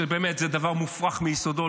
שבאמת זה דבר מופרך מיסודו,